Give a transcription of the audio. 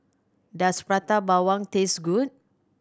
does Prata Bawang taste good